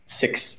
Six